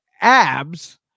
Abs